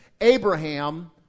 Abraham